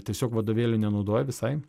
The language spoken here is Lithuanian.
tiesiog vadovėlių nenaudoja visai